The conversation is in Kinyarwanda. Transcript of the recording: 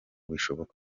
bishoboka